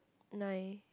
nine